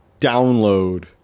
download